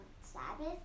Sabbath